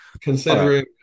Considering